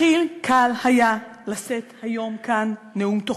הכי קל היה לשאת היום כאן נאום תוכחה.